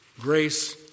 grace